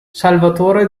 salvatore